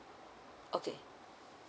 okay